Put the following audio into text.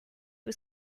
was